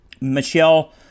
Michelle